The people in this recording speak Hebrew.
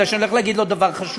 כי אני הולך להגיד לו דבר חשוב.